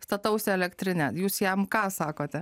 statausi elektrinę jūs jam ką sakote